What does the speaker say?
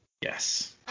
Yes